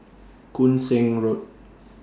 Koon Seng Road